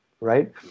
right